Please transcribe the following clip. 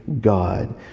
God